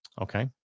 Okay